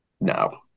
no